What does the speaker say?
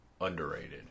underrated